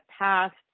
passed